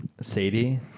Sadie